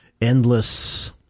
endless